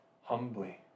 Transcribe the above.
humbly